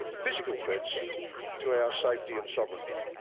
physical threats to our safety and sovereignty.